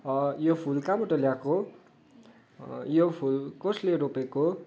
यो फुल कहाँबाट ल्याएको यो फुल कसले रोपेको